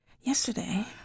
yesterday